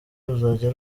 ruzajya